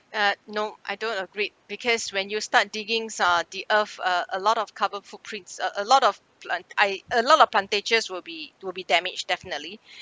uh no I don't agreed because when you start diggings uh the earth uh a lot of carbon footprints uh a lot of plant I a lot of plantages will be will be damaged definitely